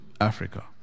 Africa